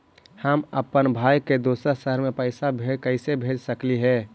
हम अप्पन भाई के दूसर शहर में पैसा कैसे भेज सकली हे?